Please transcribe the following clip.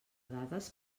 dades